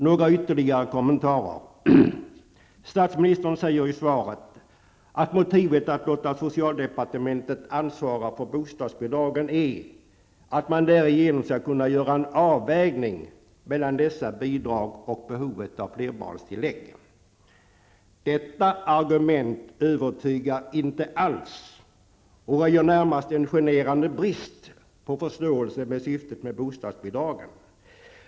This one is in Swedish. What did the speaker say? Några ytterligare kommentarer: Statsministern säger i svaret att motivet för att låta socialdepartementet ansvara för bostadsbidragen är att man därigenom skall kunna göra en avvägning mellan dessa bidrag och behovet av flerbarnstillägg. Detta argument övertygar inte alls och röjer närmast en generande brist på förståelse för syftet med bostadsbidragen.